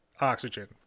oxygen